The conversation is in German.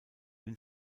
den